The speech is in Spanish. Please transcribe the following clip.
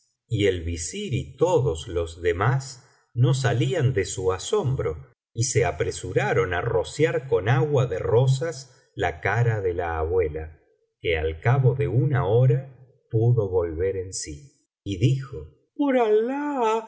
y el visir y todos los demás no salían de su asombro y se apresuraron á rociar con agua de rosas la cara de la abuela que al cabo de una hora pudo volver en sí y dijo por alah